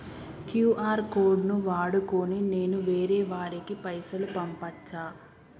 QR code ను వాడుకొని నేను వేరే వారికి పైసలు పంపచ్చా?